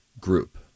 group